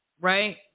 Right